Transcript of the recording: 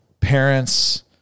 parents